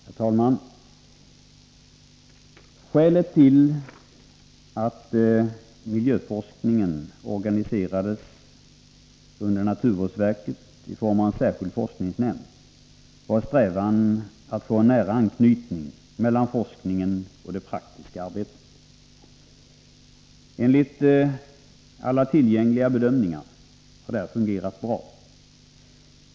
Herr talman! Skälet till att miljövårdsforskningen organiserades under naturvårdsverket i form av en särskild forskningsnämnd var strävan att få en nära anknytning mellan forskningen och det praktiska arbetet. Enligt alla tillgängliga bedömningar har detta fungerat bra.